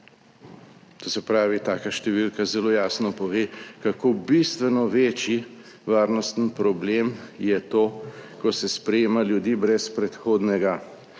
To se pravi, taka številka zelo jasno pove kako bistveno večji varnostni problem je to, ko se sprejema ljudi brez predhodnega